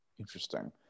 Interesting